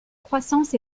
croissance